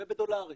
ובדולרים,